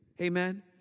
amen